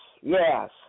yes